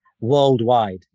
worldwide